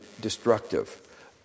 destructive